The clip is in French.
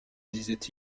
disaient